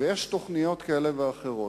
ויש תוכניות כאלו ואחרות.